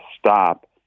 stop